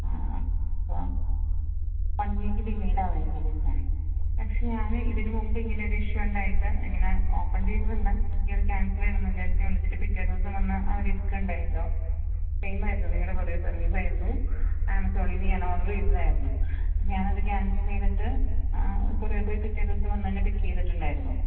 ആ വാ one week delay ഉണ്ടാകുമോ എനിക്ക് കിട്ടാൻ പക്ഷേ ഞാൻ ഇതിന് മുൻപ് ഇങ്ങനെ ഒരു ഇഷ്യൂ ഉണ്ടായിട്ട് ഇങ്ങനെ ഓപ്പൺ ചെയ്തത് അല്ല എനിക്കൊരു കാൻസൽ വേണമെന്ന് വിചാരിച്ച് ഞാൻ വിളിച്ചിട്ട് പിറ്റേ ദിവസം വന്ന് അവർ എടുക്കുക ഉണ്ടായല്ലൊ സെയിം ആയിരുന്നു നിങ്ങളുടെ കൊറിയർ സർവീസ് ആയിരുന്നൂ ആമസോണിൽ നിന്ന് ഞാൻ ഓർഡർ ചെയ്തതായിരുന്നു ഞാനത് കാൻസൽ ചെയ്തിട്ട് കൊറിയർ പിറ്റേ ദിവസം വന്ന് തന്നെ പിക്ക് ചെയ്തിട്ടുണ്ടായിരുന്നു